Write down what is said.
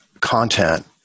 content